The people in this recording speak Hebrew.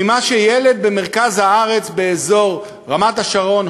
ממה שילד במרכז הארץ באזור רמת-השרון,